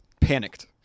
panicked